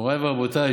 מוריי ורבותיי,